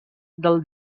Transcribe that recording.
del